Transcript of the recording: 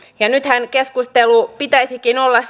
ja nythän keskustelu pitäisikin olla